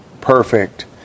perfect